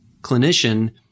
clinician